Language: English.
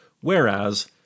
Whereas